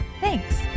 Thanks